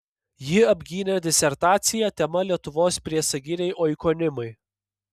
ji apgynė disertaciją tema lietuvos priesaginiai oikonimai